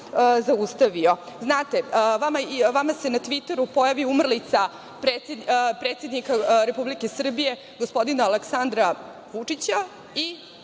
zaustavio? Znate, vama se na tviteru pojavi umrlica predsednika Republike Srbije gospodina Aleksandra Vučića i